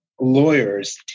lawyers